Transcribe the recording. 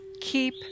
keep